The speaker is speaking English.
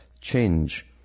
change